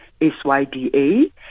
SYDA